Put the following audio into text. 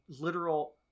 literal